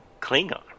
Klingon